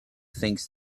things